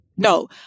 No